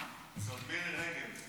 מירי רגב.